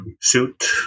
suit